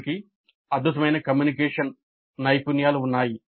బోధకుడికి అద్భుతమైన కమ్యూనికేషన్ నైపుణ్యాలు ఉన్నాయి